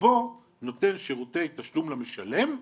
שבו נותן שירותי תשלום ומשלם,